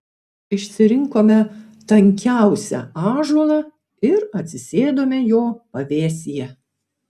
išsirinkome tankiausią ąžuolą ir atsisėdome jo pavėsyje